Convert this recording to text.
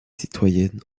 citoyennes